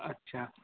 अच्छा